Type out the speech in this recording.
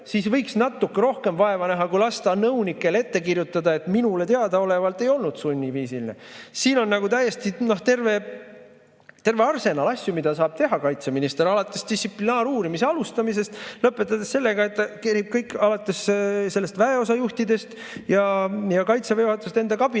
siis võiks natuke rohkem vaeva näha, kui lasta nõunikel ette kirjutada, et minule teadaolevalt ei olnud sunniviisiline. Siin on terve arsenal asju, mida saab teha kaitseminister, alates distsiplinaaruurimise alustamisest ja lõpetades sellega, et ta tirib kõik alates selle väeosa juhtidest ja Kaitseväe juhatusest enda kabinetti